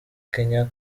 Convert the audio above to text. kenya